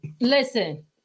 Listen